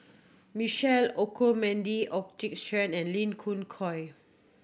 Michael Olcomendy and Lee Khoon Choy